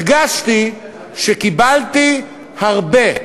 הרגשתי שקיבלתי הרבה.